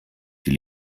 die